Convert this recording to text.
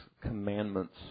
commandments